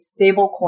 stablecoin